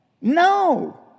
No